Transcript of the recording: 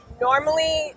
Normally